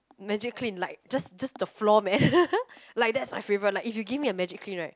Magic Clean like just just the floor man like that's my favourite like if you give me a Magic Clean right